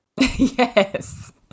Yes